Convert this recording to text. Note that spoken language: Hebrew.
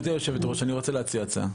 אני רוצה להציע הצעה.